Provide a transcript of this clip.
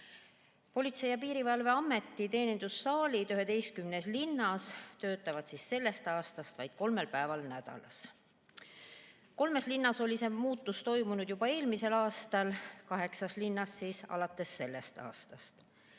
Politsei‑ ja Piirivalveameti teenindussaalid 11 linnas töötavad sellest aastast vaid kolmel päeval nädalas. Kolmes linnas toimus see muutus juba eelmisel aastal, kaheksas linnas on see toimunud alates sellest aastast.